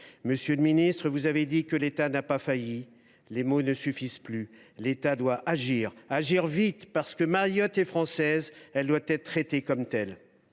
Monsieur le ministre, vous avez dit que l’État n’a pas failli. Les mots ne suffisent plus. L’État doit agir, et agir vite, parce que Mayotte est française et qu’elle doit être traitée comme telle.